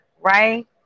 Right